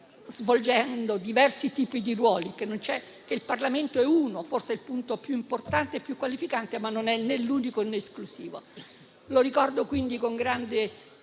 svolgendo diversi tipi di ruoli. Il Parlamento è uno, forse il punto più importante e più qualificante, ma non è l'unico o l'esclusivo. Lo ricordo quindi con grande